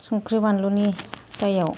संख्रि बानलुनि दाइयाव